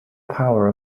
power